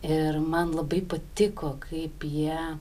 ir man labai patiko kaip jie